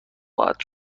خواهد